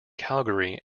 calgary